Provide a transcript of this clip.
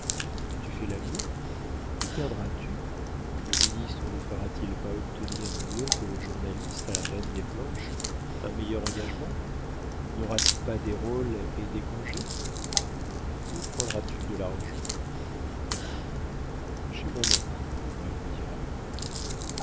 tu fais la moue y perdras tu le ministre ne fera-t-il pas obtenir mieux que le journaliste à la reine des planches un meilleur engagement nauras tu pas des rôles et des congés où prendras-tu de l'argent dit-elle chez mon oncle répondit raoul